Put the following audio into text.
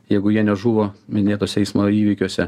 jeigu jie nežuvo minėtuose eismo įvykiuose